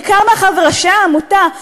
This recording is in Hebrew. בעיקר מאחר שראשי העמותה,